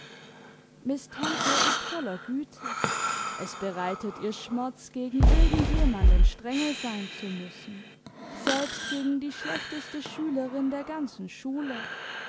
ist voller güte es bereitet ihr schmerz gegen irgend jemanden strenge sein zu müssen selbst gegen die schlechteste schülerin der ganzen schule